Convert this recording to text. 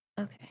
Okay